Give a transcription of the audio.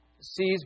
sees